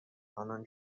آنان